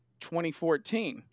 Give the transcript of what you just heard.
2014